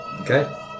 Okay